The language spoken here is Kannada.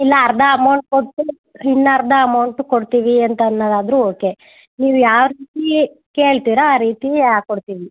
ಇಲ್ಲ ಅರ್ಧ ಅಮೌಂಟ್ ಕೊಟ್ಟು ಇನ್ನು ಅರ್ಧ ಅಮೌಂಟ್ ಕೊಡ್ತೀವಿ ಅಂತ ಅನ್ನೋದಾದರು ಓಕೆ ನೀವು ಯಾವ ರೀತಿ ಕೇಳ್ತೀರ ಆ ರೀತಿ ಹಾಕ್ಕೊಡ್ತೀವಿ